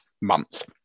months